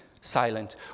silent